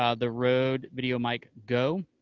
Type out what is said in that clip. ah the rode videomic go